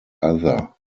other